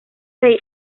rey